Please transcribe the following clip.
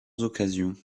occasions